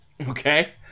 Okay